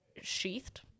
sheathed